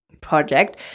project